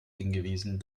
hingewiesen